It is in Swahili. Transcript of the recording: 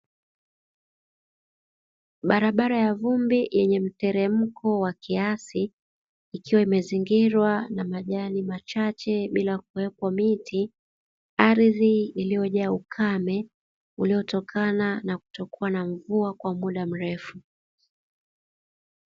Barabara ya vumbi yenye mteremko wa kiasi, ikiwa imezingirwa na majani machache bila kuwepo miti, ardhi iliyojaa ukame uliotokana na kutokuwa na mvua kwa muda mrefu.